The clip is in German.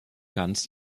ganz